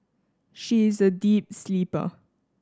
she is a deep sleeper